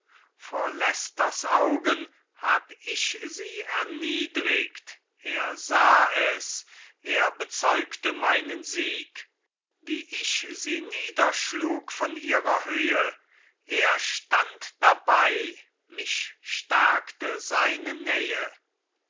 leicesters augen hab ich sie erniedrigt er sah es er bezeugte meinen sieg wie ich sie niederschlug von ihrer höhe er stand dabei mich stärkte seine nähe